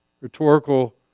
Rhetorical